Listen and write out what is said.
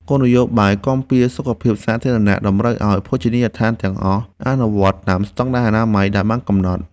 គោលនយោបាយគាំពារសុខភាពសាធារណៈតម្រូវឱ្យភោជនីយដ្ឋានទាំងអស់អនុវត្តតាមស្តង់ដារអនាម័យដែលបានកំណត់។